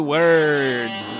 words